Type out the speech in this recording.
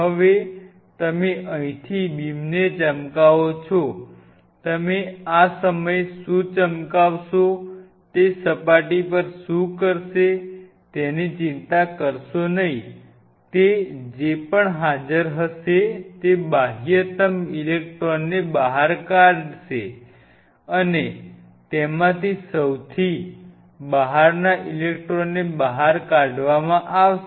હવે તમે અહીંથી બીમને ચમકાવો છો તમે આ સમયે શું ચમકાવ શો તે સપાટી પર શું કરશે તેની ચિંતા કરશો નહીં તે જે પણ હાજર હશે તે બાહ્યતમ ઇલેક્ટ્રોનને બહાર કાશે અને તેમાંથી સૌથી બહારના ઇલેક્ટ્રોનને બહાર કાવામાં આવશે